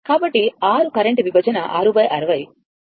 కాబట్టి 6 కరెంట్ విభజన 6 60 అంటే వాస్తవానికి i 0